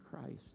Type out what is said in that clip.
Christ